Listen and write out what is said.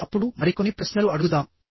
కానీ అప్పుడు మరికొన్ని ప్రశ్నలు అడుగుదాం